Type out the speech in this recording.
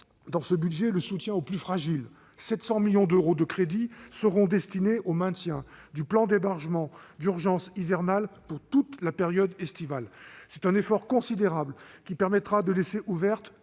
dans ce budget le soutien aux plus fragiles : 700 millions d'euros de crédits seront ainsi destinés au maintien du plan d'hébergement d'urgence hivernal pour toute la période estivale. C'est un effort considérable, qui permettra de laisser ouvertes